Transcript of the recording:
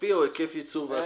כספי או היקף ייצור ואספקה.